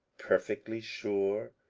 perfectly sure,